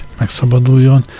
megszabaduljon